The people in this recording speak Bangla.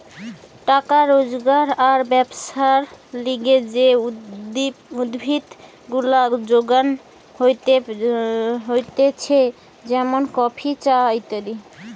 টাকা রোজগার আর ব্যবসার লিগে যে উদ্ভিদ গুলা যোগান হতিছে যেমন কফি, চা ইত্যাদি